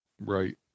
Right